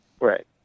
Right